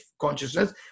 consciousness